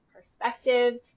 perspective